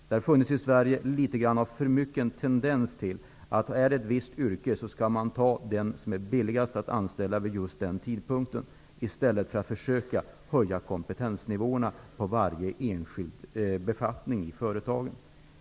Det har i Sverige funnits en stark tendens till att för ett visst yrke anställa den som är billigast att anställa vid just den tidpunkten i stället för att söka höja kompetensnivåerna på varje enskild befattning i företaget.